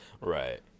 Right